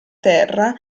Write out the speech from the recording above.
terra